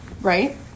right